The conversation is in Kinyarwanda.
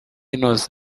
inoze